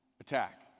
attack